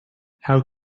how